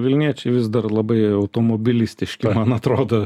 vilniečiai vis dar labai automobilistiški man atrodo